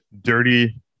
Dirty